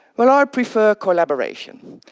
well, i prefer collaboration.